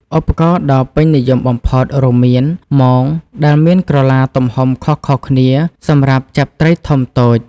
ឧបករណ៍ដ៏ពេញនិយមបំផុតរួមមាន មង ដែលមានក្រឡាទំហំខុសៗគ្នាសម្រាប់ចាប់ត្រីធំតូច។